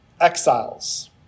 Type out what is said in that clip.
exiles